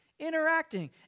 interacting